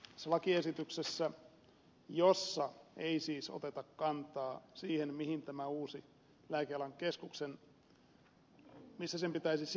tässä lakiesityksessä ei siis oteta kantaa siihen missä tämän uuden lääkealan keskuksen pitäisi sijaita